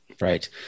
right